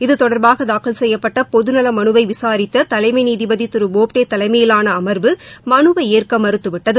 இது தொடர்பாக தாக்கல் செய்யப்பட்ட பொதுநல மனுவை விசாரித்த தலைமை நீதிபதி திரு போப்டே தலைமையிலான அமர்வு மனுவை ஏற்க மறுத்துவிட்டது